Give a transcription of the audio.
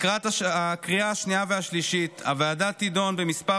לקראת הקריאה השנייה והשלישית הוועדה תדון במספר